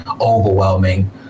overwhelming